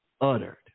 uttered